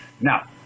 Now